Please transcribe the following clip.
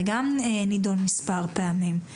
זה גם נדון מספר פעמים.